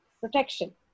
Protection